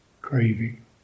craving